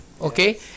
okay